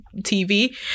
TV